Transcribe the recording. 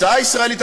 הצעה ישראלית,